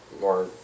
more